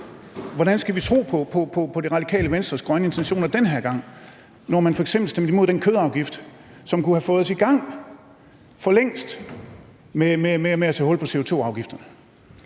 Hvordan skal vi tro på Det Radikale Venstres grønne intentioner den her gang, når man f.eks. stemte imod den kødafgift, som kunne have fået os i gang for længst med at få taget hul på CO2-afgifterne?